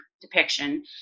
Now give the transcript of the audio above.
depiction